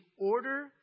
order